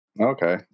Okay